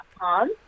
on